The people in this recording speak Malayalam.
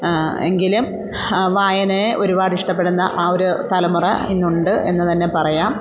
എങ്കിലും വായനയെ ഒരുപാട് ഇഷ്ടപ്പെടുന്ന ആ ഒരു തലമുറ ഇന്നുണ്ട് എന്ന് തന്നെ പറയാം